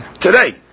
today